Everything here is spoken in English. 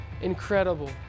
incredible